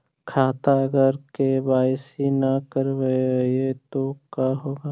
खाता अगर के.वाई.सी नही करबाए तो का होगा?